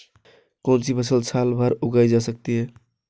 कौनसी फसल साल भर उगाई जा सकती है?